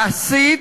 מעשית,